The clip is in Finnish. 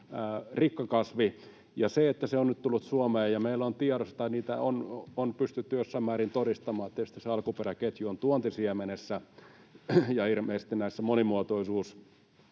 rikkakasvi ja se on nyt tullut Suomeen. Meillä on se tiedossa, tai sitä on pystytty jossain määrin todistamaan. Tietysti se alkuperäketju on erityisesti tuontisiemenessä